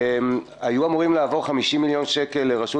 היו אמורים לעבור 50 מיליון שקל מהרשות